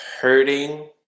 hurting